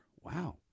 wow